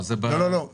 זה לא כאן